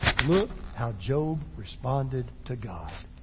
look how job responded to god.